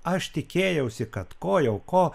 aš tikėjausi kad ko jau ko